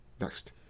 Next